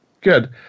Good